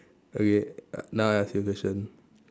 okay uh now I ask you a question